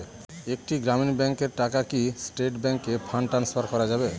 একটি গ্রামীণ ব্যাংকের টাকা কি স্টেট ব্যাংকে ফান্ড ট্রান্সফার করা যাবে?